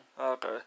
Okay